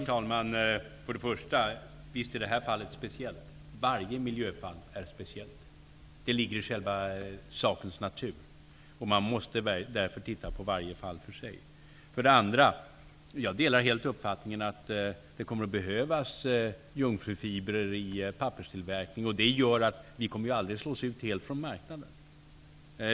Herr talman! För det första, visst är det här fallet speciellt. Varje miljöfall är speciellt. Det ligger i själva sakens natur. Man måste därför titta på varje fall för sig. För det andra delar jag helt uppfattningen att det kommer att behövas jungfrufibrer i papperstillverkningen, vilket gör att vi aldrig kommer att slås ut helt från marknaden.